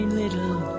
little